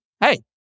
hey